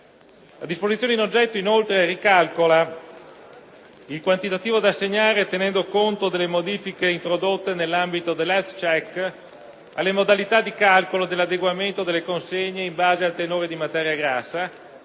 La disposizione in oggetto inoltre ricalcola il quantitativo da assegnare tenendo conto delle modifiche introdotte nell'ambito dello *Health Check* alle modalità di calcolo dell'adeguamento delle consegne in base al tenore di materia grassa,